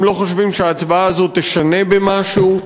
הם לא חושבים שההצבעה הזאת תשנה במשהו,